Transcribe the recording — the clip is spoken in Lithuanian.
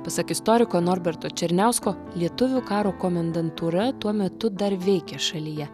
pasak istoriko norberto černiausko lietuvių karo komendantūra tuo metu dar veikė šalyje